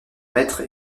maître